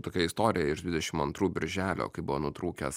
tokia istorija iš dvidešim antrų birželio kai buvo nutrūkęs